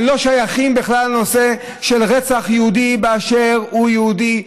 שלא שייכים בכלל לנושא של רצח יהודי באשר הוא יהודי.